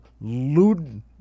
Lud